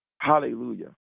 hallelujah